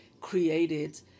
created